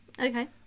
Okay